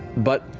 but.